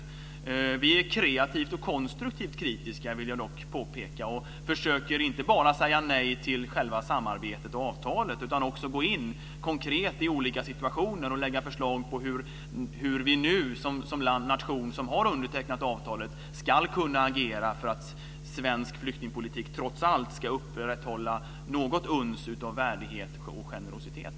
Jag vill dock påpeka att vi är kreativt och konstruktivt kritiska och inte bara säger nej till själva samarbetet och avtalet, utan vi försöker också gå in konkret i olika situationer och lägga fram förslag till hur Sverige nu som en nation som har undertecknat avtalet ska kunna agera för att svensk flyktingpolitik trots allt ska upprätthålla något uns av värdighet och generositet.